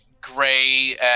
gray